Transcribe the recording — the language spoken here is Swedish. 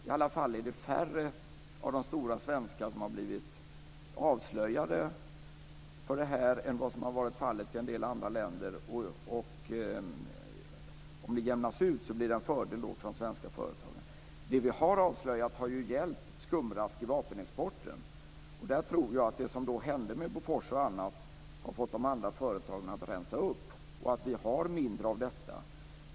I varje fall är det färre av de stora svenska företagen än av företag i andra länder som har blivit avslöjade för mutbrott. Om det jämnas ut innebär det en fördel för de svenska företagen. Det vi har avslöjat har ju gällt skumrask i vapenexporten. Jag tror att bl.a. det som hände med Bofors har fått de andra företagen att rensa upp, och att vi nu har mindre av detta.